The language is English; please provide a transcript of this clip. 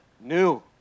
new